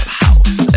house